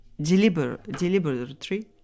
Deliberately